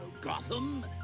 Gotham